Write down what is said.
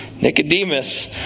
Nicodemus